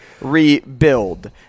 rebuild